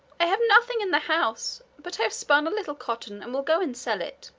i have nothing in the house, but i have spun a little cotton and will go and sell it.